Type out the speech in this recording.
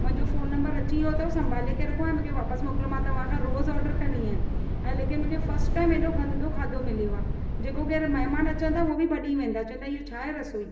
मुंहिंजो phone number अची वियो अथव संभाले करे रखो ऐं मूंखे वापसि मोकिलियो मां तव्हां खां रोज़ ऑडर कंदी आहियां ऐं लेकिनि मूंखे फ़स्ट टाइम हेॾो गंदो खाधो मिलियो आहे जेको केर महिमान अचनि था उहो बि भॼी वेंदा चवंदा इआ छा आहे रसोई